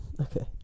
okay